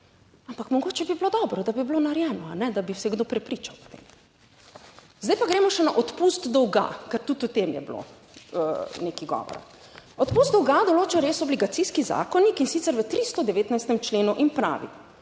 ampak mogoče bi bilo dobro, da bi bilo narejeno, da bi se kdo prepričal o tem. Zdaj pa gremo še na odpust dolga, ker tudi o tem je bilo nekaj govora. Odpust dolga določa res Obligacijski zakonik, in sicer v 319. členu in pravi,